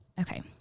Okay